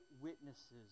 witnesses